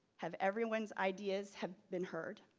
have everyone's ideas have been heard?